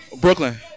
Brooklyn